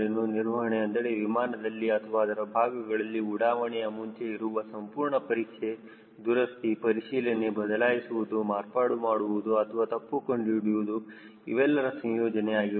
ನಿರ್ವಹಣೆ ಅಂದರೆ ವಿಮಾನದಲ್ಲಿ ಅಥವಾ ಅದರ ಭಾಗಗಳಲ್ಲಿ ಉಡಾವಣೆಯ ಮುಂಚೆ ಇರುವ ಸಂಪೂರ್ಣ ಪರೀಕ್ಷೆ ದುರಸ್ತಿ ಪರಿಶೀಲನೆ ಬದಲಾಯಿಸುವುದು ಮಾರ್ಪಾಡು ಮಾಡುವುದು ಅಥವಾ ತಪ್ಪು ಕಂಡು ಹಿಡಿಯುವುದು ಇವೆಲ್ಲರ ಸಂಯೋಜನೆ ಆಗಿರುತ್ತದೆ